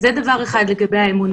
זה דבר אחד לגבי האמון.